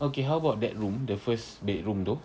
okay how about that room the first bedroom tu